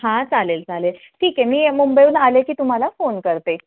हां चालेल चालेल ठीक आहे मी मुंबईहून आले की तुम्हाला फोन करते